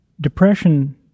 Depression—